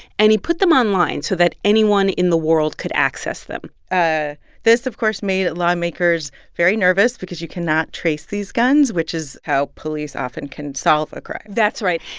and he put them online so that anyone in the world could access them ah this, of course, made lawmakers very nervous because you cannot trace these guns, which is how police often can solve a crime that's right.